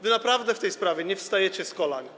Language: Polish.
Wy naprawdę w tej sprawie nie wstajecie z kolan.